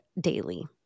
daily